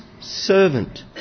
servant